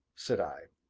said i.